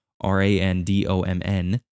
R-A-N-D-O-M-N